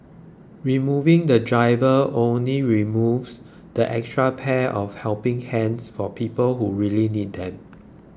removing the driver only removes that extra pair of helping hands for people who really need them